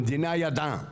המדינה ידעה,